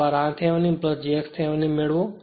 એકવાર r Thevenin j x Thevenin મેળવો